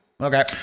Okay